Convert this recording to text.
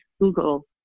Google